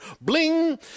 Bling